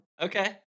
Okay